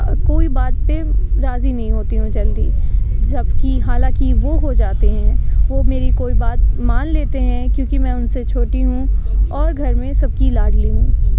کوئی باتیں راضی نہیں ہوتی ہوں جلدی جب کہ حالانکہ وہ ہو جاتے ہیں وہ میری کوئی بات مان لیتے ہیں کیونکہ میں ان سے چھوٹی ہوں اور گھر میں سب کی لاڈلی ہوں